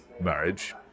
marriage